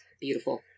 Beautiful